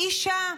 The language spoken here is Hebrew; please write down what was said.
אישה.